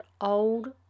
old